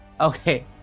Okay